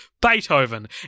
Beethoven